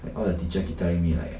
like all the teacher keep telling me like